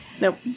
Nope